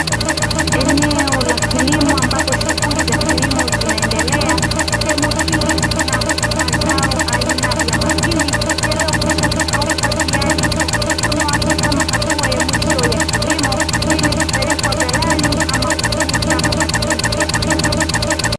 Eneo la kilimo ambapo shughuli za kilimo zinaendelea, sehemu hii kuna mazao aina ya mahindi yaliyokwisha kukaukwa tayari kwa kuvunwa kama hatua ya mwisho ya kilimo, ili kupelekwa ghalani ama kutumika kwa matumizi ya kila siku.